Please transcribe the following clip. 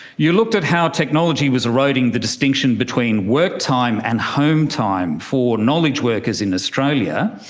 you looked at how technology was eroding the distinction between work time and home time for knowledge workers in australia.